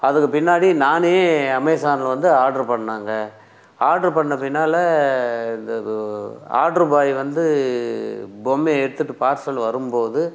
அதுக்கு பின்னாடி நானே அமேசானில் வந்து ஆர்டர் பண்ணேங்க ஆர்டர் பண்ண பின்னால் ஆர்டர் பாய் வந்து பொம்மையை எடுத்துட்டு பார்சல் வரும் போது